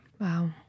wow